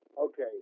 Okay